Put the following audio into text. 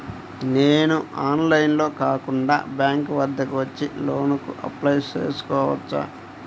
నేను ఆన్లైన్లో కాకుండా బ్యాంక్ వద్దకు వచ్చి లోన్ కు అప్లై చేసుకోవచ్చా?